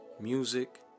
music